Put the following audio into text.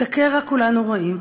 את הקרע כולנו רואים.